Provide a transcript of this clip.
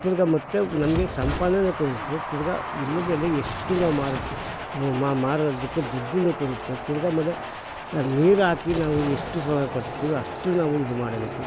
ತಿರ್ಗಿ ಮತ್ತು ನಮಗೆ ಸಂಪಾದನೆ ಕೊಡ್ತದೆ ತಿರ್ಗಿ ವಿಳ್ಯೆದೆಲೆ ಎಷ್ಟು ನಾವು ಮಾರು ಮಾರೋದಕ್ಕೆ ದುಡ್ಡನ್ನು ಕೊಡುತ್ತೆ ತಿರ್ಗಿ ಆಮೇಲೆ ನೀರ್ಹಾಕಿ ನಾವು ಎಷ್ಟು ಶ್ರಮ ಪಡ್ತೀವೊ ಅಷ್ಟು ನಾವು ಇದು ಮಾಡಬೇಕು